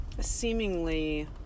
seemingly